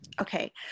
Okay